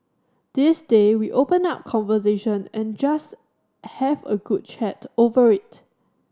these day we open up conversation and just have a good chat over it